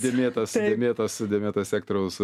dėmėtas dėmėtas dėmėtas sektoriaus